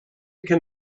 can